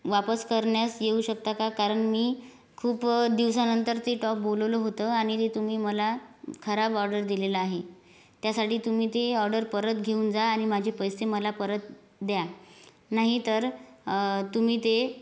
वापस करण्यास येऊ शकता का कारण मी खूप दिवसानंतर ते टॉप बोलावलं होतं आणि तुम्ही मला खराब ऑर्डर दिलेलं आहे त्यासाठी तुम्ही ती ऑर्डर परत घेऊन जा आणि माझे पैसे मला परत द्या नाहीतर तुम्ही ते